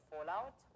fallout